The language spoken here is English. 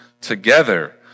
together